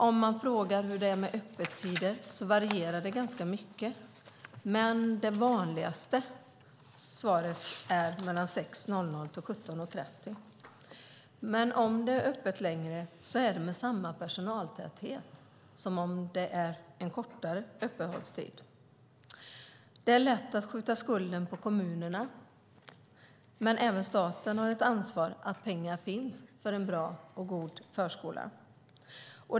Om man frågar om öppettiderna varierar de ganska mycket. Men det vanligaste svaret är 06.00-17.30. Men om det är öppet längre är det med samma personaltäthet som om det är kortare öppettider. Det är lätt att skjuta skulden på kommunerna. Men även staten har ett ansvar för att pengar finns för en bra och god förskola.